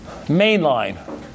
mainline